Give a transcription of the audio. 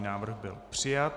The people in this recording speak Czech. Návrh byl přijat.